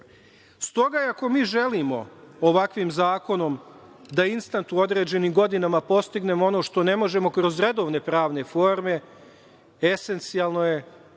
ako mi želimo ovakvim zakonom da instant u određenim godinama postignemo što ne možemo kroz redovne pravne forme, esencijalno je